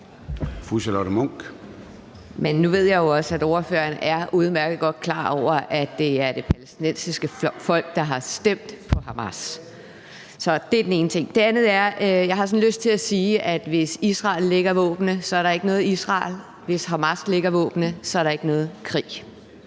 Charlotte Munch (DD): Nu ved jeg jo også, at ordføreren udmærket godt er klar over, at det er det palæstinensiske folk, der har stemt på Hamas. Det er den ene ting. Den andet, jeg har sådan lyst til at sige, er, at hvis Israel lægger våbnene, er der ikke noget Israel; hvis Hamas lægger våbnene, er der ingen krig.